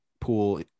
pool